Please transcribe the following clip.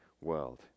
world